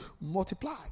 multiply